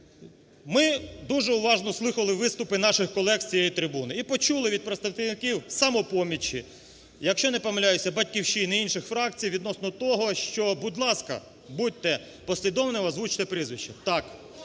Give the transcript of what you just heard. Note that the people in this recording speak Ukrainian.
Ми дуже уважно слухали виступи наших колег з цієї трибуни і почули від представників "Самопомочі", якщо не помиляюся, "Батьківщини" і інших фракцій відносно того, що, будь ласка, будьте послідовними, озвучте прізвища. Так,